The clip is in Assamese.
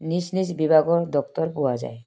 নিজ নিজ বিভাগৰ ডক্টৰ পোৱা যায়